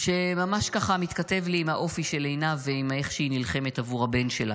שממש מתכתב לי עם האופי של עינב ואיך שהיא נלחמת עבור הבן שלה.